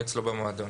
אני אצלו במועדון.